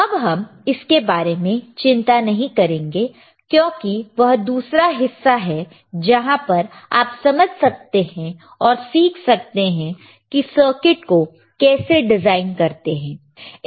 अब हम इसके बारे में चिंता नहीं करेंगे क्योंकि वह दूसरा हिस्सा है जहां पर आप समझ सकते हैं और सीख सकते हैं कि सर्किट circuitको कैसे डिजाइन करते हैं